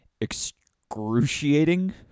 excruciating